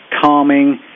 calming